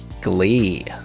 Glee